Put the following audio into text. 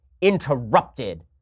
interrupted